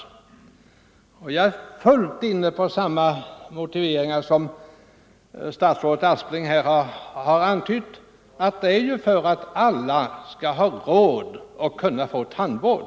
= etableringsstoppet Jag är helt inne på samma motivering som statsrådet Aspling här har = för tandläkare, antytt: avsikten är att alla skall ha råd och möjlighet att få tandvård.